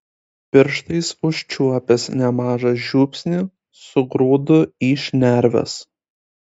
pirštais užčiuopęs nemažą žiupsnį sugrūdu į šnerves